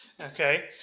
okay